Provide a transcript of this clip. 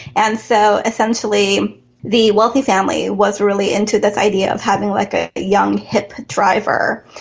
and so essentially the wealthy family was really into this idea of having like a young hip driver.